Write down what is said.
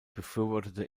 befürwortete